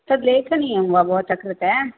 तद् लेखनीयं वा भवतः कृते